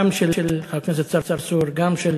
גם של חבר הכנסת צרצור, גם של